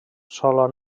sola